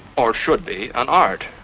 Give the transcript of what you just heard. or should be, an art,